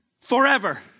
forever